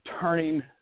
turning